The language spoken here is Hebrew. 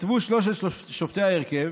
כתבו שלושת שופטי ההרכב